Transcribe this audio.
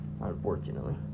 unfortunately